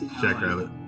Jackrabbit